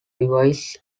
device